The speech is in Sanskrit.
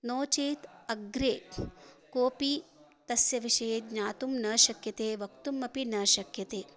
नो चेत् अग्रे कोपि तस्य विषये ज्ञातुं न शक्यते वक्तुम् अपि न शक्यते